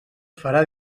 farà